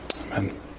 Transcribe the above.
Amen